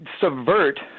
subvert